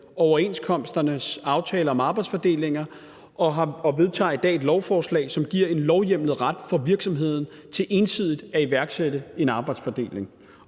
overenskomsternes aftale om arbejdsfordelinger og behandler i dag et lovforslag, som giver en lovhjemlet ret for virksomheden til ensidigt at iværksætte en arbejdsfordeling.